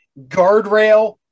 guardrail